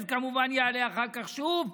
וזה כמובן יעלה אחר כך שוב.